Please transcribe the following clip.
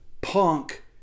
Punk